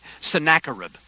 Sennacherib